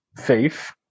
faith